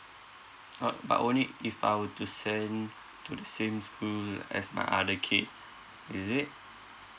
orh but only if I were to send to the same school as my other kid is it